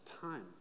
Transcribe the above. time